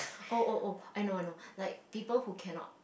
oh oh oh I know I know like people who cannot